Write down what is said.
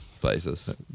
places